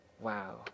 wow